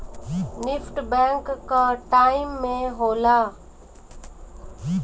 NEFT bank कअ time में होला